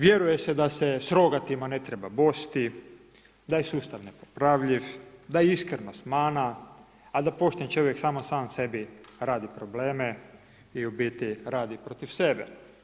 Vjeruje se da se s rogatima ne treba bosti, da je sustav nepopravljiv, da je iskrenost mana, a da pošten čovjek samo sam sebi radi probleme i u biti radi protiv sebe.